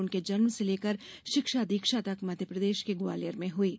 उनके जन्म से लेकर शिक्षा दीक्षा तक मध्यप्रदेश के ग्वालियर में हई है